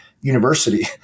university